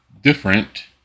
different